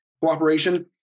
cooperation